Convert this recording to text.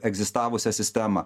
egzistavusią sistemą